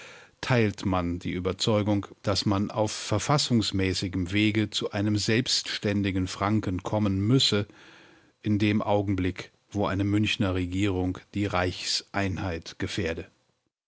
teilt man die überzeugung daß man auf verfassungsmäßigem wege zu einem selbständigen franken kommen müsse in dem augenblick wo eine münchener regierung die reichseinheit gefährde